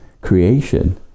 creation